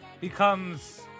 becomes